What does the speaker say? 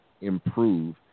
improve